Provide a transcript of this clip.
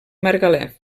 margalef